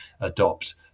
adopt